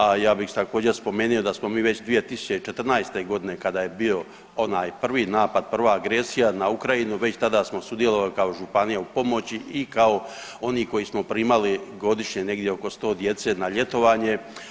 A ja bih također spomenuo da smo već 2014.g. kada je bio onaj prvi napad, prva agresija na Ukrajinu već tada smo sudjelovali kao županija u pomoći i kao oni koji smo primali godišnje oko 100 djece na ljetovanje.